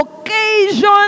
occasion